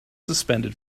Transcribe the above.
suspended